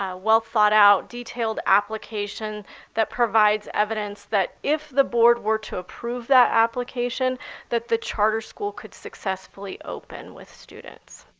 ah well thought out, detailed application that provides evidence that if the board were to approve that application that the charter school could successfully open with students.